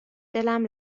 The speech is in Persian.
دلم